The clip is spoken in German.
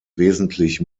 wesentlich